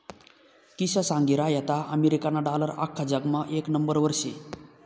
किशा सांगी रहायंता अमेरिकाना डालर आख्खा जगमा येक नंबरवर शे